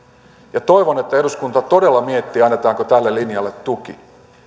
ja toivon että eduskunta todella miettii annetaanko tälle linjalle tuki